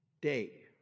day